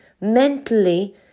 mentally